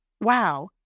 wow